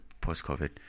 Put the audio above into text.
post-covid